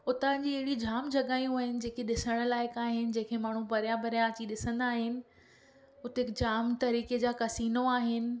उतां जी अहिड़ी जाम जॻहियूं आहिनि जेके ॾिसणु लाइक़ु आहिनि जंहिंखें माण्हू परियां परियां अची ॾिसंदा आहिनि उते जाम तरीक़े जा कसिनो आहिनि